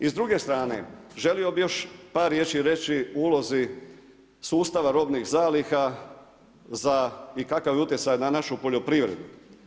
I s druge strane želio bih još par riječi reći o ulozi sustava robnih zaliha za i kakav je utjecaj na našu poljoprivredu.